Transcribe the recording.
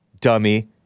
Dummy